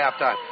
halftime